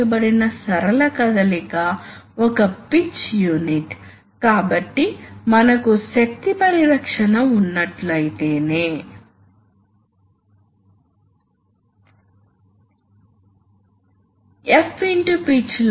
కాబట్టి ఈ setting f3 కావచ్చు కాబట్టి మీరు ఈ సర్క్యూట్ ఉపయోగించి మూడు సెట్టింగులు f1 f2 మరియు f3 ను గ్రహించవచ్చు